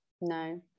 no